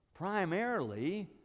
Primarily